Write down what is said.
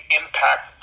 impact